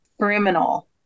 criminal